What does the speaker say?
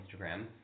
Instagram